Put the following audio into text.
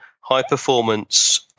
high-performance